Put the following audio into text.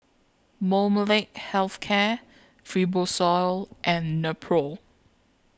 Molnylcke Health Care Fibrosol and Nepro